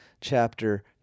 chapter